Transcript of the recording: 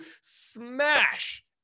smash